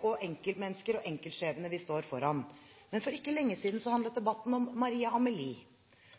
og enkeltmennesker og enkeltskjebner vi står foran. Men for ikke lenge siden handlet debatten om Maria Amelie,